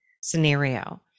scenario